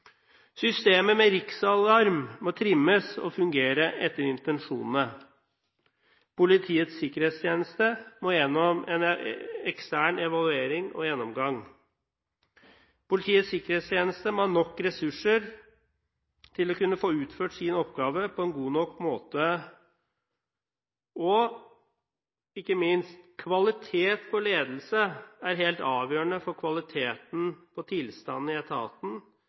Systemet med riksalarm må trimmes og fungere etter intensjonene. Politiets sikkerhetstjeneste må gjennom en ekstern evaluering og gjennomgang. Politiets sikkerhetstjeneste må ha nok ressurser til å kunne få utført sin oppgave på en god nok måte. Og ikke minst: Kvaliteten på ledelsen er helt avgjørende for kvaliteten på tilstanden i etaten